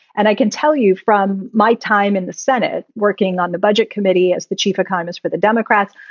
and i can tell you from my time in the senate, working on the budget committee as the chief economist for the democrats,